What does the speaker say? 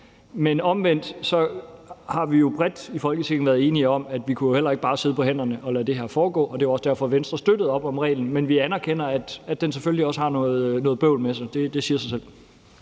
men omvendt har vi jo bredt i Folketinget været enige om, at vi jo heller ikke bare kunne sidde på hænderne og lade det her foregå, og det er jo også derfor, at Venstre støttede op om reglen. Men vi anerkender, at den selvfølgelig også fører noget bøvl med sig; det siger sig selv.